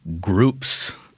groups